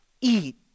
eat